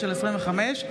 ו-פ/575/25.